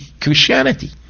Christianity